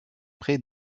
près